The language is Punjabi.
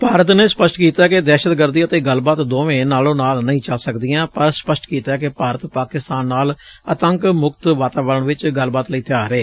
ਭਾਰਤ ਨੇ ਸਪਸ਼ਟ ਕੀਤੈ ਕਿ ਦਹਿਸ਼ਤਗਰਦੀ ਅਤੇ ਗੱਲਬਾਤ ਦੋਵੇਂ ਨਾਲੋਂ ਨਾਲ ਨਹੀਂ ਚਲ ਸਕਦੀਆਂ ਪਰ ਸਪਸ਼ਟ ਕੀਤੈ ਕਿ ਭਾਰਤ ਪਾਕਿਸਤਾਨ ਨਾਲ ਆਤੰਕ ਮੁਕਤ ਵਾਤਾਵਰਣ ਚ ਗੱਲਬਾਤ ਲਈ ਤਿਆਰ ਏ